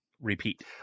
Repeat